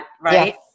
right